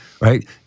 right